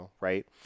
right